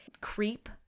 creep